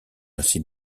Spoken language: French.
ainsi